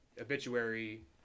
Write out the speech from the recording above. obituary